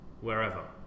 wherever